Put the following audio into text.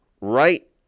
right